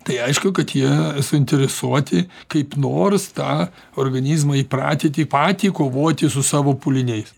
tai aišku kad jie suinteresuoti kaip nors tą organizmą įpratyti patį kovoti su savo pūliniais